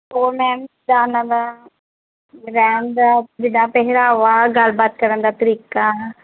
ਹੋਰ ਮੈਮ ਰਹਿਣ ਦਾ ਜਿੱਦਾਂ ਪਹਿਰਾਵਾ ਗੱਲਬਾਤ ਕਰਨ ਦਾ ਤਰੀਕਾ